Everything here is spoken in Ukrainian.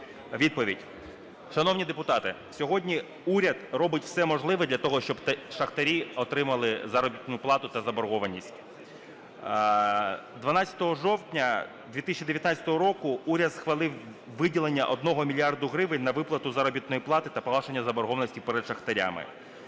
Відповідь. Шановні депутати, сьогодні уряд робить все можливе для того, щоб шахтарі отримали заробітну плату та заборгованість. 12 жовтня 2019 року уряд схвалив виділення 1 мільярда гривень на виплату заробітної плати та погашення заборгованості перед шахтарями.